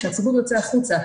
כשהציבור יוצא החוצה,